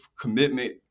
commitment